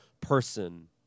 person